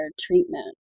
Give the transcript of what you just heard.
treatment